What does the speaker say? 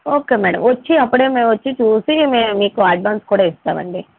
okay madam వచ్చి అప్పడే మేము వచ్చి చూసి మేము మీకు అడాన్స్ కూడా ఇస్తాం అండి